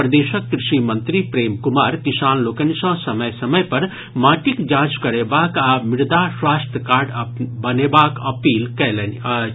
प्रदेशक कृषि मंत्री प्रेम कुमार किसान लोकनि सॅ समय समय पर माटिक जांच करेबाक आ मृदा स्वास्थ्य कार्ड बनेबाक अपील कयलनि अछि